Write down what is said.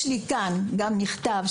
יש לי כאן מכתב,